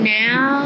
now